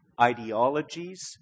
ideologies